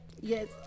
Yes